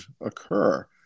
occur